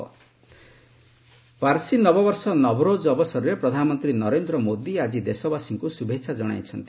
PM Navroz Parsi ନବବର୍ଷ ନଭରୋଜ୍ ଅବସରରେ ପ୍ରଧାନମନ୍ତ୍ରୀ ନରେନ୍ଦ୍ର ମୋଦି ଆଳି ଦେଶବାସୀଙ୍କୁ ଶୁଭେଚ୍ଛା ଜଣାଇଚ୍ଚନ୍ତି